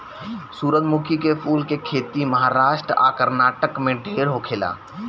सूरजमुखी के फूल के खेती महाराष्ट्र आ कर्नाटक में ढेर होखेला